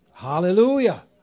Hallelujah